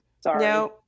Sorry